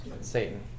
Satan